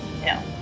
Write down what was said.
no